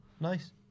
Nice